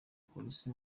polisi